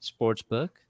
Sportsbook